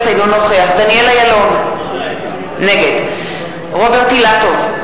אינו נוכח דניאל אילון, נגד רוברט אילטוב,